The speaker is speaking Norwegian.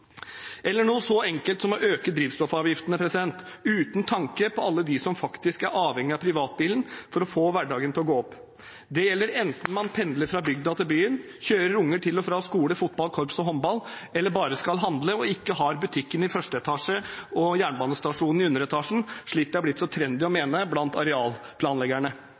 eller noe så enkelt som å øke drivstoffavgiftene uten tanke på alle dem som faktisk er avhengig av privatbilen for å få hverdagen til å gå opp. Det| gjelder enten man pendler fra bygda til byen, kjører unger til og fra skole, fotball, korps og håndball, eller bare skal handle og ikke har butikken i første etasje og jernbanestasjonen i underetasjen, slik det er blitt så trendy å mene at det skal være blant arealplanleggerne.